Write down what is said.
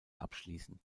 abschließen